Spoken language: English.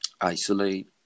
isolate